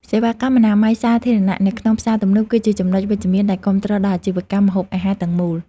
សេវាកម្មអនាម័យសាធារណៈនៅក្នុងផ្សារទំនើប គឺជាចំណុចវិជ្ជមានដែលគាំទ្រដល់អាជីវកម្មម្ហូបអាហារទាំងមូល។